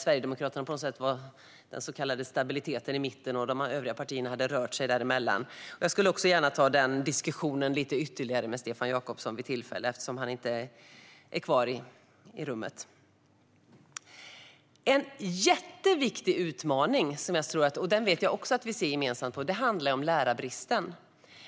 Sverigedemokraterna var på något sätt den så kallade stabiliteten i mitten, medan de övriga partierna hade rört sig åt diverse håll. Jag skulle gärna diskutera detta vidare med Stefan Jakobsson vid tillfälle - nu är han tyvärr inte kvar i rummet. En jätteviktig utmaning, som jag vet att vi har en gemensam syn på, handlar om lärarbristen.